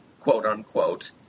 quote-unquote